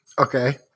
Okay